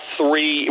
three